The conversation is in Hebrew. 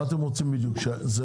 מה אתם רוצים בדיוק, שזה